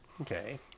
Okay